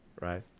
Right